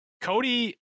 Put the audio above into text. Cody